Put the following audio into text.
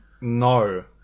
No